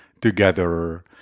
together